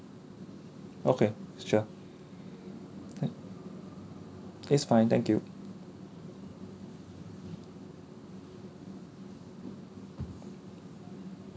okay sure is fine thank you